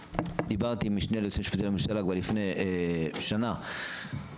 דיברתי עם המשנה ליועצת המשפטית לממשלה כבר לפני שנה שאנחנו